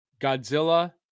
godzilla